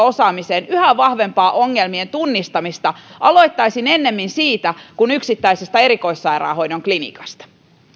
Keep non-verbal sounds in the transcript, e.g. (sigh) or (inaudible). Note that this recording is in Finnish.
(unintelligible) osaamiseen yhä vahvempaa ongelmien tunnistamista aloittaisin ennemmin siitä kuin yksittäisestä erikoissairaanhoidon klinikasta